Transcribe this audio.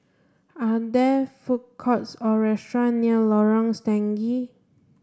are there food courts or restaurant near Lorong Stangee